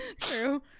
true